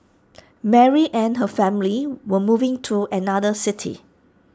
Mary and her family were moving to another city